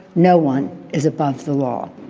no one is above the law.